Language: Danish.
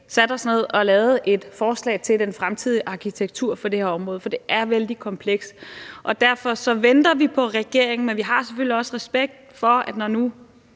sat os ned og lavet et forslag til den fremtidige arkitektur for det her område – for det er vældig komplekst. Derfor venter vi på regeringens bud, men når nu vi sætter vores lid til, at det er